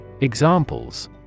Examples